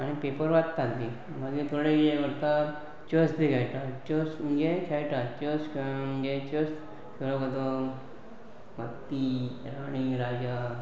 आनी पेपर वाचतात बी मागीर थोडे कितें करतात चॅस बी खेळटात चॅस म्हणजे खेळटात चॅस खेळोन मगेर चॅस खेळोंक कसो हत्ती राणी राजा